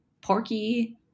porky